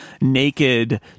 naked